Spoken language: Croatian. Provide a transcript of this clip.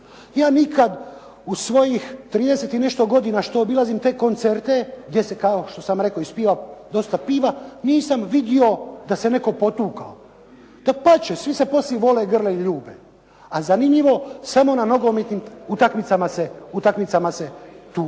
Ja nikada u svojih 30 i nešto godina što obilazim te koncerte gdje sam kao što sam rekao ispiva dosta piva nisam vidio da se netko potukao, dapače, svi se poslije vole, grle i ljube. A zanimljivo samo na nogometnim utakmicama se tuku.